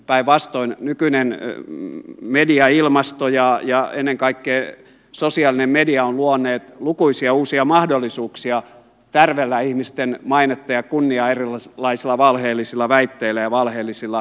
päinvastoin nykyinen mediailmasto ja ennen kaikkea sosiaalinen media ovat luoneet lukuisia uusia mahdollisuuksia tärvellä ihmisten mainetta ja kunniaa erilaisilla valheellisilla väitteillä ja valheellisilla solvauksilla ja herjauksilla